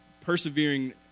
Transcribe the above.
persevering